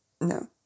No